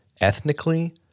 ethnically